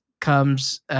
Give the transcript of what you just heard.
comes